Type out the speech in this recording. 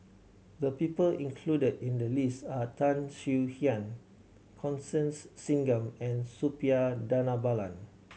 the people included in the list are Tan Swie Hian Constance Singam and Suppiah Dhanabalan